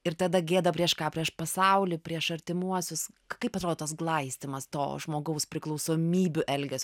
ir tada gėda prieš ką prieš pasaulį prieš artimuosius kaip atrodo tas glaistymas to žmogaus priklausomybių elgiasio